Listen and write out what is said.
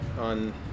on